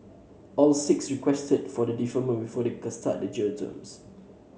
all six requested for deferment before they start their jail terms